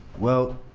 well,